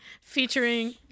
Featuring